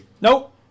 Nope